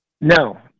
No